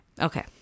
okay